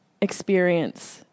experience